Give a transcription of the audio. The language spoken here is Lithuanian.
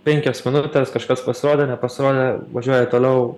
penkias minutes kažkas pasirodė nepasonė važiuoji toliau